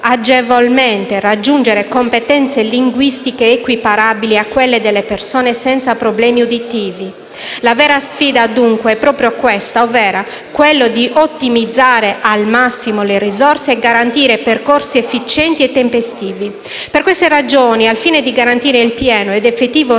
agevolmente raggiunge competenze linguistiche equiparabili a quelle delle persone senza problemi uditivi. La vera sfida dunque è proprio questa, ovvero quella di ottimizzare al massimo le risorse e di garantire percorsi efficienti e tempestivi. Per queste ragioni, al fine di garantire il pieno ed effettivo riconoscimento